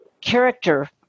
character